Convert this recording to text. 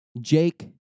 Jake